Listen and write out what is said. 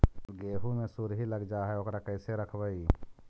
गेहू मे सुरही लग जाय है ओकरा कैसे रखबइ?